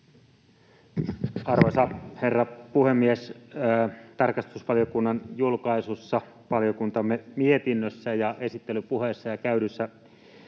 Arvoisa herra puhemies! Tarkastusvaliokunnan julkaisussa, valiokuntamme mietinnössä ja esittelypuheessa ja pidetyissä